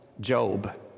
Job